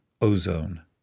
ozone